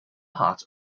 part